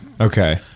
Okay